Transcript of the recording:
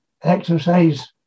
exercise